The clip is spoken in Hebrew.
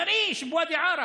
חריש, בוואדי עארה.